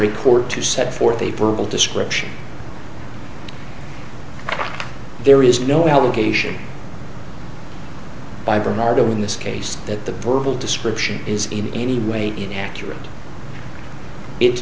a court to set forth a verbal description there is no allegation by bernardo in this case that the verbal description is in any way in accurate it